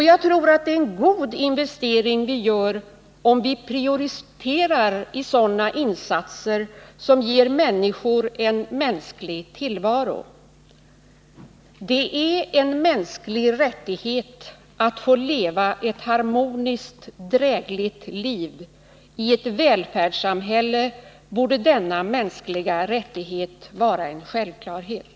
Jag tror att det är en god investering vi gör, om vi prioriterar i insatser för en mänsklig tillvaro för alla människor. Det är en mänsklig rättighet att få leva ett harmoniskt, drägligt liv. I ett välfärdssamhälle borde denna mänskliga rättighet vara en självklarhet.